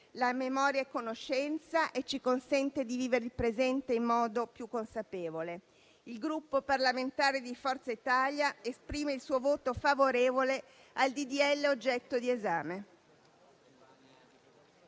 La memoria è conoscenza e ci consente di vivere il presente in modo più consapevole. Il Gruppo parlamentare Forza Italia esprime il suo voto favorevole al disegno di legge